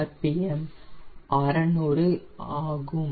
M 600 ஆகும்